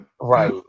right